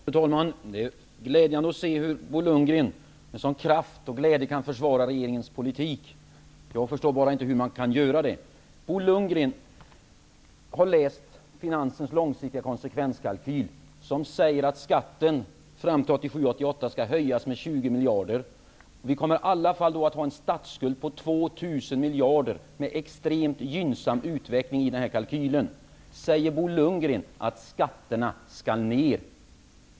Fru talman! Det är glädjande att höra Bo Lundgren med sådan kraft och glädje försvara regeringens politik. Jag förstår bara inte hur man kan göra det. Bo Lundgren har läst Finansdepartementets långsiktiga konsekvenskalkyl som säger att skatten fram till 1997--1998 skall höjas med 20 miljarder kronor. Med även en extremt gynnsam utveckling kommer vi då att ha en statsskuld på 2 000 miljarder kronor. Sedan säger Bo Lundgren att skatterna skall sänkas.